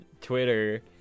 Twitter